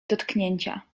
dotknięcia